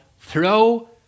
throw